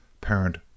Parent